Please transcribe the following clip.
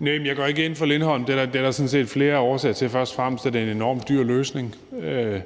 jeg går ikke ind for Lindholm, og det er der sådan set flere årsager til. Først og fremmest er det en enormt dyr løsning, og det er